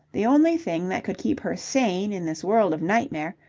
the only thing that could keep her sane in this world of nightmare,